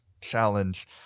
challenge